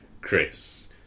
Chris